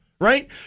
right